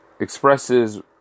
expresses